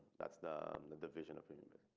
that's the um the the vision of human.